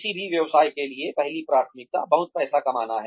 किसी भी व्यवसाय के लिए पहली प्राथमिकता बहुत पैसा कमाना है